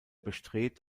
bestrebt